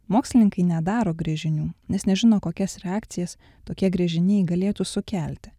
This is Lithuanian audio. mokslininkai nedaro gręžinių nes nežino kokias reakcijas tokie gręžiniai galėtų sukelti